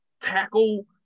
tackle